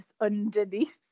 underneath